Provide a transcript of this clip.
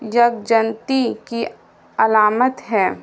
یکجنتی کی علامت ہے